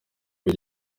iki